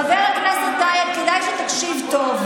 חבר הכנסת טייב, כדאי שתקשיב טוב.